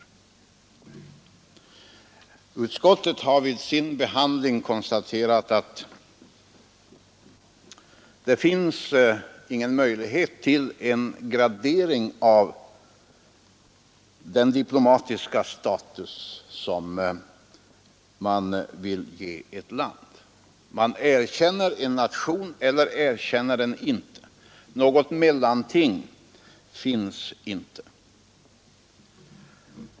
Utskottet har dock i sin behandling av motionen konstaterat att det inte är möjligt att göra någon gradering av den diplomatiska status man vill ge ett land. Man erkänner en nation, eller också gör man det inte. Något mellanting finns inte.